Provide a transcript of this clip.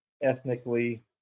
ethnically